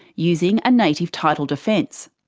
using a native title defence.